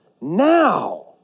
Now